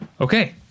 Okay